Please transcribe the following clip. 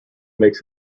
makes